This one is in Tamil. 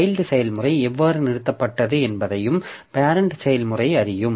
சைல்ட் செயல்முறை எவ்வாறு நிறுத்தப்பட்டது என்பதையும் பேரெண்ட் செயல்முறை அறியும்